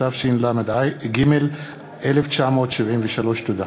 התשל"ג 1973. תודה.